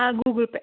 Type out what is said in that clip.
ആ ഗൂഗിൾ പേ